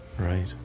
Right